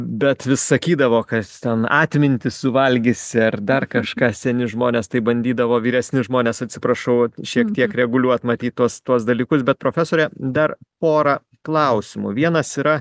bet vis sakydavo kad ten atmintį suvalgysi ar dar kažką seni žmonės taip bandydavo vyresni žmones atsiprašau šiek tiek reguliuot matyt tuos tuos dalykus bet profesore dar porą klausimų vienas yra